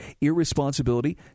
irresponsibility